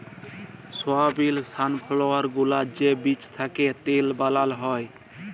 সয়াবিল, safflower গুলার যে বীজ থ্যাকে তেল বালাল হ্যয়